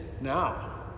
now